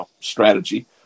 strategy